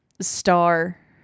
Star